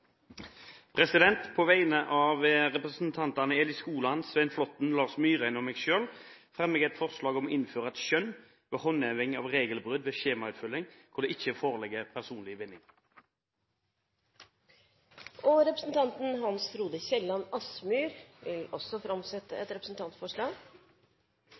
representantforslag. På vegne av representantene Eli Skoland, Svein Flåtten, Lars Myraune og meg selv fremmer jeg et forslag om å innføre et skjønn ved håndheving av regelbrudd ved skjemautfylling hvor det ikke foreligger personlig vinning. Representanten Hans Frode Kielland Asmyhr vil framsette